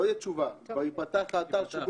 -- לא תהיה תשובה אלא כבר ייפתח האתר כך שאלה